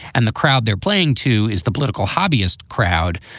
and the crowd they're playing to is the political hobbyist crowd,